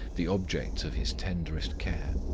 the object of his tenderest care.